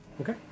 Okay